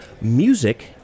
music